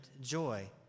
joy